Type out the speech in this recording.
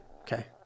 Okay